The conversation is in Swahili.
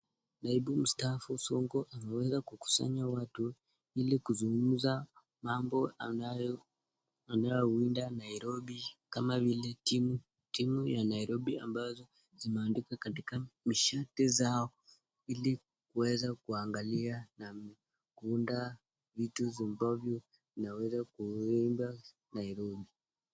Naibu mstaafu Sonko ameweza kukusanya watu ili kuzungumza mambo yanayowinda Nairobi kama vile timu ya Nairobi ambayo imeandikwa kwa shati zao, ili waweze kuangalia na kuunda vitu ambazo zinaweza kuwinda Nairobi.